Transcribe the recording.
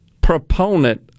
proponent